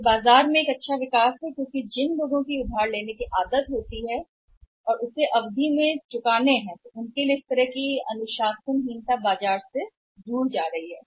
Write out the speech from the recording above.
इस एक बाजार में अच्छा विकास क्योंकि जो लोग क्रेडिट और खरीदने की आदत में हैं फिर विलंबित अवधि के बाद विलंबित अवधि में इसे चुकाना फिर उस तरह का कहना अनुशासनहीनता बाजार से दूर जा रही है